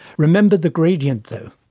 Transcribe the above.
remember the gradient, though.